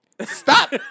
Stop